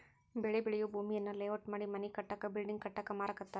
ಬೆಳಿ ಬೆಳಿಯೂ ಭೂಮಿಯನ್ನ ಲೇಔಟ್ ಮಾಡಿ ಮನಿ ಕಟ್ಟಾಕ ಬಿಲ್ಡಿಂಗ್ ಕಟ್ಟಾಕ ಮಾರಾಕತ್ತಾರ